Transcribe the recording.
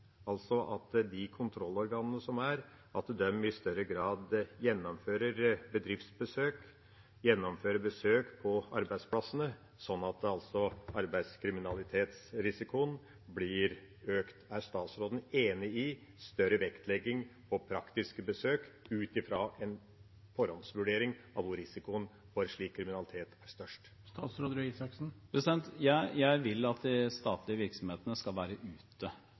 altså at de kontrollorganene som er, i større grad gjennomfører bedriftsbesøk, gjennomfører besøk på arbeidsplassene, sånn at arbeidslivskriminalitetsrisikoen blir økt. Er statsråden enig i større vektlegging på praktiske besøk ut fra en forhåndsvurdering av hvor risikoen for slik kriminalitet er størst? Jeg vil også at de statlige virksomhetene skal være ute,